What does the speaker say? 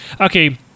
okay